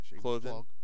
clothing